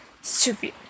stupid